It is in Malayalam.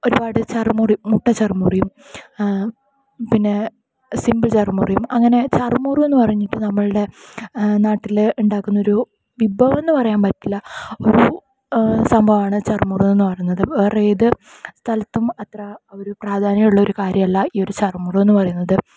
ഒരുപാട് ചറുമുറു മുട്ട ചറുമുറി പിന്നെ സിമ്പിൾ ചറുമുറിയും അങ്ങനെ ചറുമുറു എന്ന് പറഞ്ഞാൽ നമ്മളുടെ നാട്ടില് ഉണ്ടാക്കുന്ന ഒരു വിഭവമാണ് എന്ന് പറയാൻ പറ്റില്ല ഒരു സംഭവമാണ് ചറുമുറു എന്ന് പറയുന്നത് വേറെ ഏത് സ്ഥലത്തും അത്ര അവര്പ്രാധാന്യം ഉള്ളൊരു കാര്യമല്ല ഈ ഒര് ചറുമുറ് എന്നു പറയുന്നത്